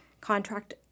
contract